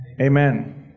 Amen